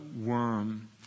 worm